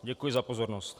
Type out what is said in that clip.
Děkuji za pozornost.